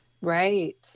Right